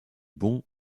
bons